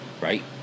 Right